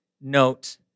note